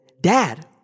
Dad